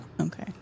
Okay